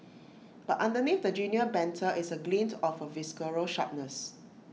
but underneath the genial banter is A glint of A visceral sharpness